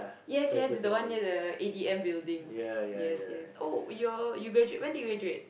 yes yes is the one near the A_D_M building yes yes oh you're you graduate when did you graduate